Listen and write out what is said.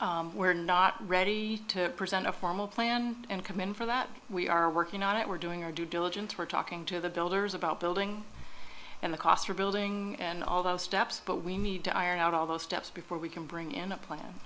affordable we're not ready to present a formal plan and come in for that we are working on it we're doing our due diligence we're talking to the builders about building and the costs are building and all those steps but we need to iron out all the steps before we can bring in a plan